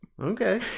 Okay